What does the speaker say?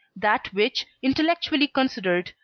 that which, intellectually considered,